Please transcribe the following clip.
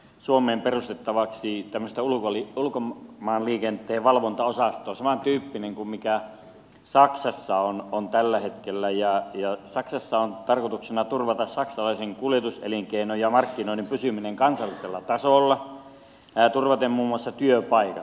raskaan liikenteen ammattilaiset esittävät suomeen perustettavaksi tämmöistä ulkomaanliikenteen valvontaosastoa samantyyppistä kuin saksassa on tällä hetkellä ja saksassa on tarkoituksena turvata saksalaisen kuljetuselinkeinon ja markkinoiden pysyminen kansallisella tasolla turvaten muun muassa työpaikat